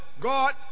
God